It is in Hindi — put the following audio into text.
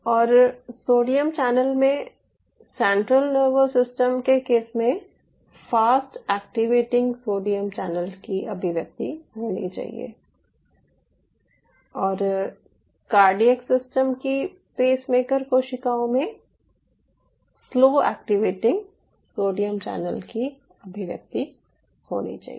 और सोडियम चैनल में सेंट्रल नर्वस सिस्टम के केस में फ़ास्ट एक्टिवेटिंग सोडियम चैनल की अभिव्यक्ति होनी चाहिए और कार्डियक सिस्टम की पेसमेकर कोशिकाओं में स्लो एक्टिवेटिंग सोडियम चैनल की अभिव्यक्ति होनी चाहिए